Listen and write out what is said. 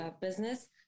business